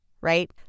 right